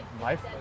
life